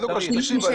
צריך.